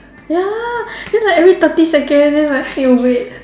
ya then like every thirty second then like need to wait